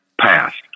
passed